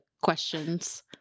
questions